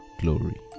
glory